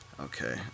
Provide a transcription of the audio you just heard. Okay